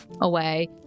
away